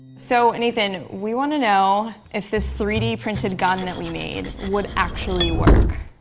so nathan, we wanna know if this three d printed gun that we made would actually work.